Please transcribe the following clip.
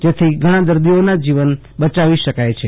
જેથી ઘણા દર્દીઓના જીવન બચાવી શકાય છે